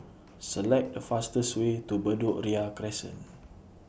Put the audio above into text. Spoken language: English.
Select The fastest Way to Bedok Ria Crescent